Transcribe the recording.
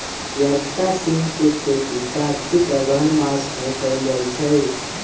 हरियरका सिम के खेती कार्तिक अगहन मास में कएल जाइ छइ